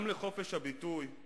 גם לחופש הביטוי,